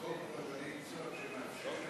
חוק רבני "צהר" שמאפשר להם לפתוח,